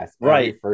right